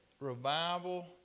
revival